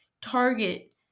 Target